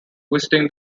visiting